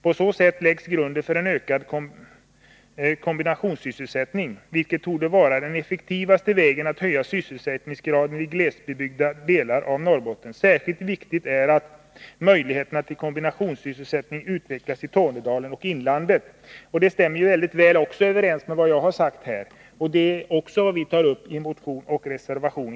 På så sätt läggs grunden för en ökad kombinationssysselsättning, vilket torde vara den effektivaste vägen att höja sysselsättningsgraden i glesbebyggda delar av Norrbotten. Särskilt viktigt är att möjligheterna till kombinationssysselsättning utvecklas i Tornedalen och i inlandet.” Detta stämmer ju mycket väl överens med vad jag har sagt. Även de här frågorna tas upp av centerpartiet i motion och reservation.